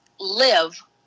live